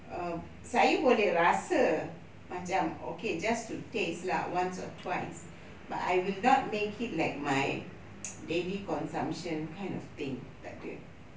um saya boleh rasa macam okay just to taste lah once or twice but I will not make it like my daily consumption kind of thing tak ada